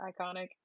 iconic